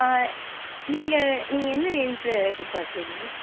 ஆ நீங்கள் நீங்கள் என்ன ரேஞ்ச்யில் எதிர்பார்க்றீனிய